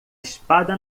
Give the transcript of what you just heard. espada